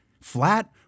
Flat